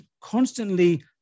constantly